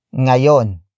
ngayon